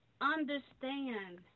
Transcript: understand